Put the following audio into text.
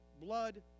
blood